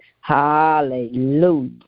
Hallelujah